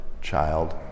child